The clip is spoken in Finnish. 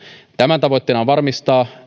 tämän tavoitteena on varmistaa